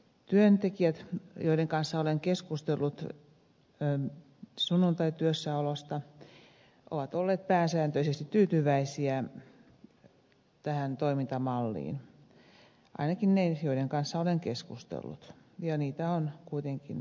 työntekijät joiden kanssa olen keskustellut sunnuntaityössäolosta ovat olleet pääsääntöisesti tyytyväisiä tähän toimintamalliin ainakin ne joiden kanssa olen keskustellut ja niitä on kuitenkin aika monta